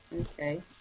okay